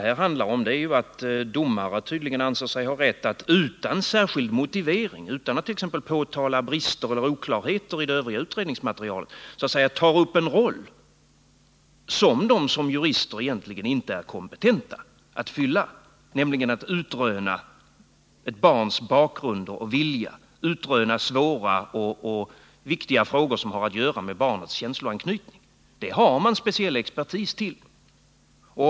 Här ansåg sig tydligen domare ha rätt att utan särskild motivering, utan att t.ex. påtala brister eller oklarheter i det övriga utredningsmaterialet, så att säga ta upp en roll som de som jurister egentligen inte är kompetenta att spela, nämligen att utröna ett barns bakgrund och vilja, utröna svåra och viktiga frågor som har att göra med barnets känsloanknytning. Detta finns det speciell expertis för.